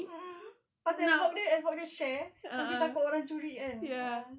mmhmm pasal ice box dia ice box dia share nanti takut orang curi kan ya